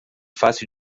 fácil